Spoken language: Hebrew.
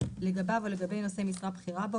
לגביו או לגבי נושא משרה בכירה בו,